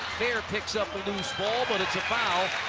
fair picks up the loose ball, but it's a foul.